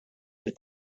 mill